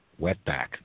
Wetback